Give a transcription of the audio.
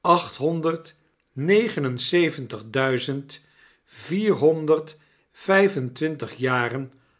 achthonderd negen en zeventig duizend vierhonderd vijf en twintig jaren